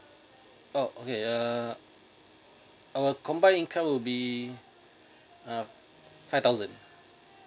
oh okay err our combine income will be uh five thousand